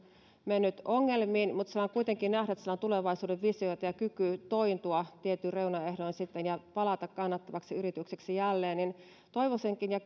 mennyt ongelmiin mutta kuitenkin nähdään että sillä on tulevaisuudenvisioita ja kyky tointua tietyin reunaehdoin ja palata kannattavaksi yritykseksi jälleen toivoisinkin ja